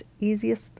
easiest